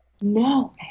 No